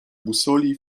busoli